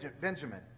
Benjamin